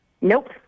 Nope